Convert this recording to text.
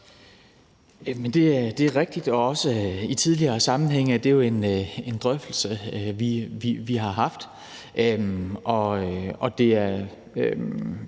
Det er rigtigt. I tidligere sammenhænge har det også været en drøftelse, vi har haft.